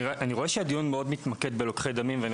אני רואה שהדיון מתמקד בלוקחי דמים ואני